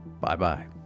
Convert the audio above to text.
Bye-bye